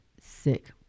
sick